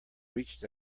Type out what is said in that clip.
reached